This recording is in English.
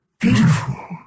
Beautiful